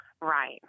Right